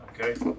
Okay